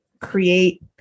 create